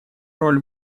роль